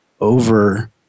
over